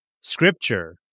Scripture